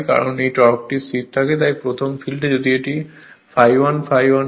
কারণ এই টর্কটি স্থির থাকে তাই প্রথম ফিল্ডে যদি এটি ∅1 ∅1 হয়